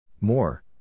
More